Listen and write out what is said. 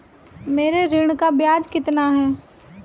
मेरे ऋण का ब्याज कितना है?